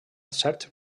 certs